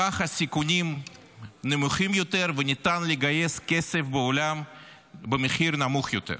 ככה הסיכונים נמוכים יותר וניתן לגייס כסף בעולם במחיר נמוך יותר.